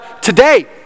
today